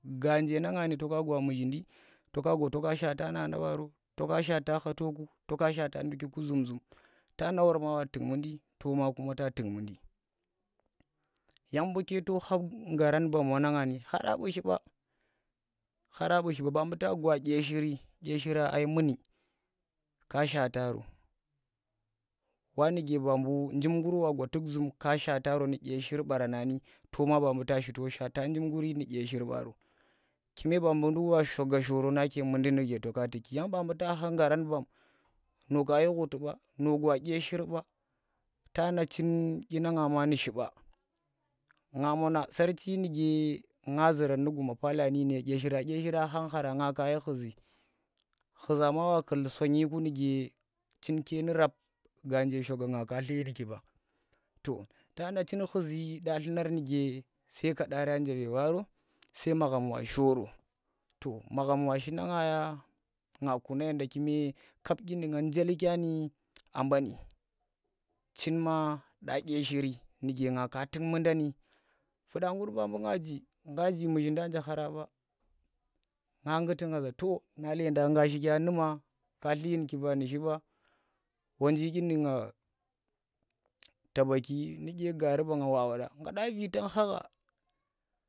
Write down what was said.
Ganje na nga to ka kwa mu zhindi to ka gwa to shaata nana baaro to kagwa shaata khatoku, to shaata nduki zum- zum tana wor ma wa tuk mundi to ma ta tuk mundi yang buuketo kha garan bam na ngani khara bu shiba ba bu ta gwa dye shiri dye shiri ai muni ka shantaro wa nuke mbuu jim gur wa gwa ka shaaro nu dye shir barana ni to ma tashi to shaata nduk sii kume ba buu nduk wa shaga shoro nake dyinuke to ka tukki no kashi khuti ba no gwa dye shir ba tana chin dyina nga ma nu shiɓa nga mona sarchi muke nga zuran nu guma palya nake dya khang khara nga shi khuzhidya dlunar nuke sai kadari nje ve varo tu magham shoro to magham washi na nga nga ƙuna magham nu kap dyi nang njelkya nu a bani chin ma dya dye chirika ta tuk mundani bu nga nji nga ji nuzhindi anje khara naa ngguti nga to na nleeda nga shikya numa? katti dyin kiba nu shi ba wonji dyinu nga tabaki nu gari ban nga wa woda gada vi tan kha ha.